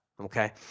okay